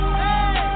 hey